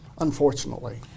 unfortunately